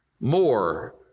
More